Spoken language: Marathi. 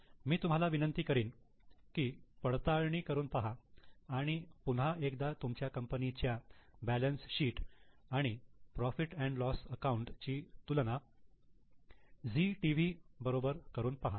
मी तुम्हाला विनंती करीन की पडताळणी करून पहा आणि पुन्हा एकदा तुमच्या कंपनीच्या बॅलन्स शीट आणि profit and loss account profit loss accountची तुलना झी टीव्ही बरोबर करून पहा